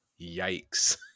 Yikes